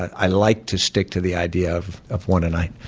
i like to stick to the idea of of one a night.